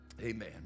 Amen